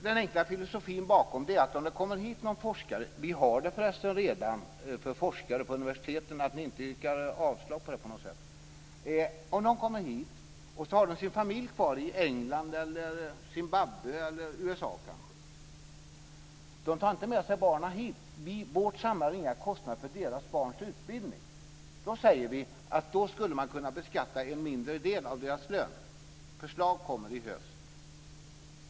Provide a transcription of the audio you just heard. Den enkla filosofin bakom detta är att om det kommer hit en forskare - vi har för resten redan forskare på universiteten, så yrka inte avslag - men har sin familj kvar i England, Zimbabwe eller USA och tar alltså inte med sig barnen hit, då har vi inga kostnader för deras barns utbildning. Då säger vi att man skulle kunna beskatta en mindre del av deras lön. Förslag kommer i höst.